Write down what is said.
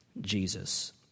Jesus